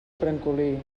francolí